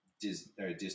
Disney